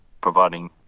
providing